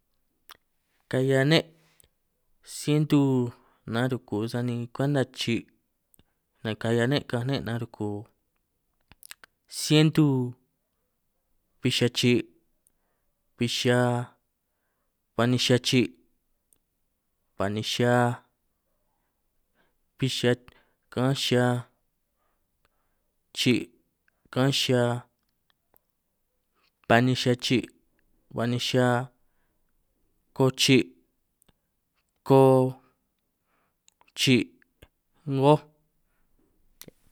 Kahia ne' sientu nan ruku sani kwenta chi' nakahia ne' ka'anj ne' nda ruku sientu, bbi xia chi', bbij xia, ba'ninj xia chi', ba'ninj xia, bbij xihia', ka'anj xia chi', ka'anj xia, ba'ninj xia chi', ba'ninj xia, ko chi', ko, chi', 'ngoj.